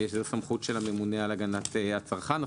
זו סמכות של הממונה על הגנת הצרכן.